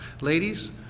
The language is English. Ladies